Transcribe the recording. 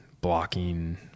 blocking